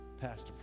Pastor